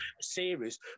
series